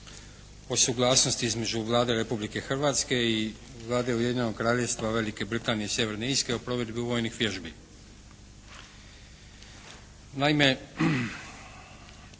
o suglasnosti između Vlade Republike Hrvatske i Vlade Ujedinjenog Kraljevstva Velike Britanije i Sjeverne Irske o provedbi vojnih vježbi. Naime,